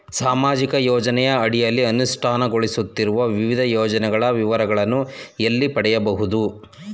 ಸಾಮಾಜಿಕ ಯೋಜನೆಯ ಅಡಿಯಲ್ಲಿ ಅನುಷ್ಠಾನಗೊಳಿಸುತ್ತಿರುವ ವಿವಿಧ ಯೋಜನೆಗಳ ವಿವರಗಳನ್ನು ಎಲ್ಲಿ ಪಡೆಯಬಹುದು?